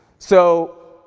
so,